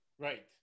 Right